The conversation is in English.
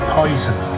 poison